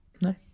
No